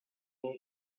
veron